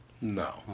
No